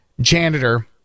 janitor